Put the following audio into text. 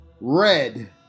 red